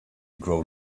grow